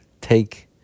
take